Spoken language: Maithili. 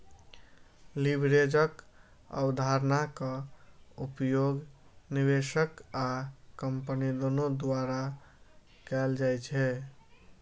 लीवरेजक अवधारणाक उपयोग निवेशक आ कंपनी दुनू द्वारा कैल जाइ छै